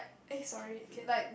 eh sorry again